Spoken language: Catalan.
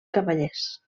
cavallers